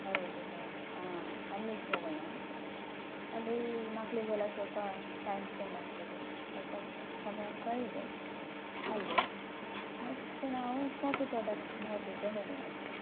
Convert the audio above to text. ಹೌದು ಹೌದು ಆಂ ಅಲ್ಲಿಗೆ ಹೋಗೋಣ ಅಲ್ಲಿ ಮಕ್ಕಳಿಗೆಲ್ಲ ಸ್ವಲ್ಪ ಟೈಮ್ ಸ್ಪೆಂಡ್ ಆಗ್ತದೆ ಸ್ವಲ್ಪ ಸಮಯ ಕಳೆದು ಅಲ್ಲೇ ನೆಕ್ಸ್ಟ್ ನಾವು ಕಾಫಿ ತೋಟಕ್ಕೆ ನೋಡಲಿಕ್ಕೆ ಹೋಗೋಣ ಸರ್